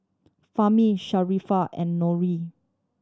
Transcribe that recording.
Fahmi Sharifah and Nurin